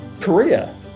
Korea